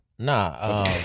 Nah